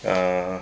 uh